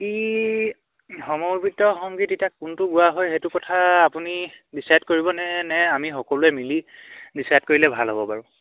কি সমৱেত সংগীত এতিয়া কোনটো গোৱা হয় সেইটো কথা আপুনি ডিচাইড কৰিব নে নে আমি সকলোৱে মিলি ডিচাইড কৰিলে ভাল হ'ব বাৰু